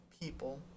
people